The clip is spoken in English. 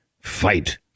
Fight